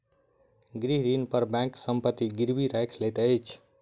गृह ऋण पर बैंक संपत्ति गिरवी राइख लैत अछि